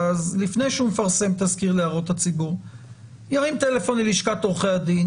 אז לפני שהוא מפרסם תזכיר להערות הציבור ירים טלפון ללשכת עורכי הדין,